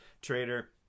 trader